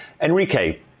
Enrique